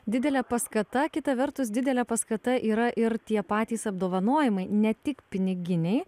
didelė paskata kita vertus didelė paskata yra ir tie patys apdovanojimai ne tik piniginiai